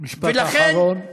משפט אחרון.